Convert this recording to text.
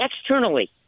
externally